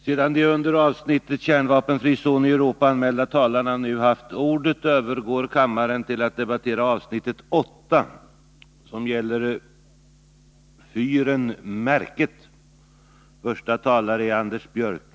Sedan de under avsnittet Vapenexport till USA anmälda talarna nu haft ordet övergår kammaren till att debattera avsnitt 10: Utförsel av använt kärnbränsle.